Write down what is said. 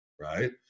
right